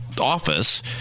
office